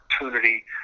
opportunity